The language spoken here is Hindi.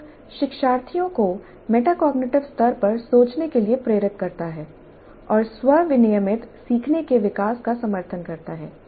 शिक्षक शिक्षार्थियों को मेटाकॉग्निटिव स्तर पर सोचने के लिए प्रेरित करता है और स्व विनियमित सीखने के विकास का समर्थन करता है